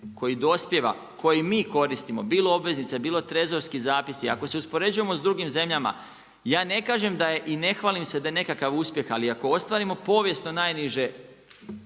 koji dospijeva, koji mi koristimo bilo obveznice, bilo trezorski zapisi, ako se uspoređujemo s drugim zemljama, ja ne kažem da je i ne hvalim se da je nekakav uspjeh, ali ako ostvarimo povijesno najniže